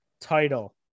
title